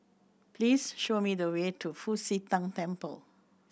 please show me the way to Fu Xi Tang Temple